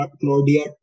Claudia